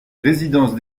résidence